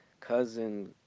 cousin